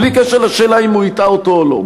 בלי קשר לשאלה אם הוא הטעה אותו או לא.